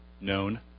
known